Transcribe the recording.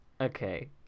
Okay